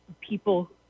people